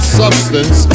substance